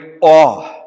awe